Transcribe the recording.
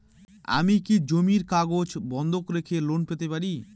আমি কি জমির কাগজ বন্ধক রেখে লোন পেতে পারি?